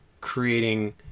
creating